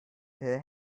her